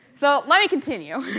so let me continue.